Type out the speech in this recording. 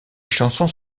chansons